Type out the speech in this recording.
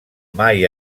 mai